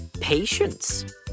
patience